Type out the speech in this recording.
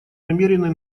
намерены